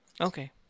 Okay